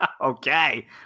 Okay